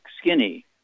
skinny